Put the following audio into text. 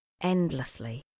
endlessly